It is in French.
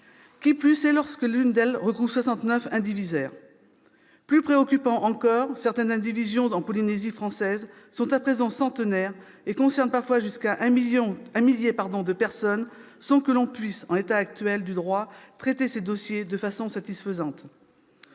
Qui plus est lorsque l'une d'elles regroupe 69 indivisaires. Plus préoccupant encore, certaines indivisions en Polynésie française sont à présent centenaires et concernent parfois jusqu'à un millier de personnes, sans que l'on puisse, en l'état actuel du droit, traiter ces dossiers de façon satisfaisante.